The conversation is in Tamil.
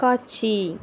காட்சி